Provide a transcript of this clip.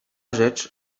rzecz